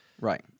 right